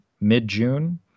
mid-June